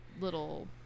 little